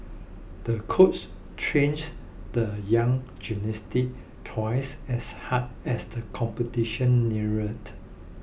the coach trained the young gymnastic twice as hard as the competition neared